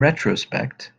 retrospect